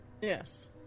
Yes